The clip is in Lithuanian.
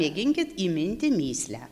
mėginkit įminti mįslę